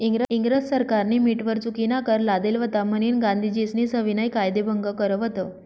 इंग्रज सरकारनी मीठवर चुकीनाकर लादेल व्हता म्हनीन गांधीजीस्नी सविनय कायदेभंग कर व्हत